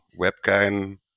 webcam